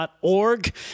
org